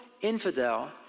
infidel